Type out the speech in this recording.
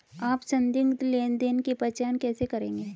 आप संदिग्ध लेनदेन की पहचान कैसे करेंगे?